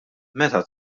meta